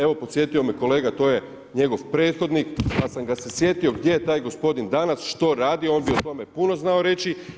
Evo podsjetio me kolega, to je njegov prethodnik, pa sam ga se sjetio gdje je taj gospodin danas, što radi, on bi o tome puno znao reći.